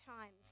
times